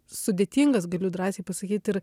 sudėtingas galiu drąsiai pasakyt ir